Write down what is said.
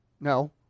No